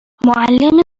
معلم